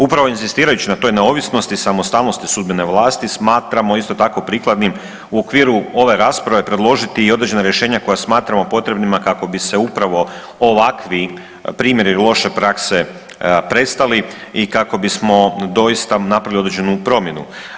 Upravo inzistirajući na toj neovisnosti i samostalnosti sudbene vlasti smatramo isto tako prikladnim u okviru ove rasprave predložiti i određena rješenja koja smatramo potrebnima kako bi se upravo ovakvi primjeri loše prakse prestali i kako bismo doista napravili određenu promjenu.